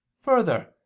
further